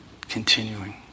continuing